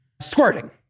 squirting